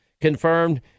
confirmed